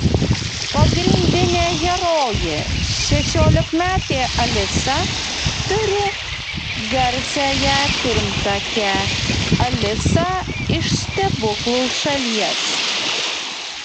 pagrindinė herojė šešiolikmetė alisa turi garsiąją pirmtakę alisą iš stebuklų šalies